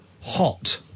hot